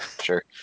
Sure